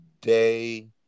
day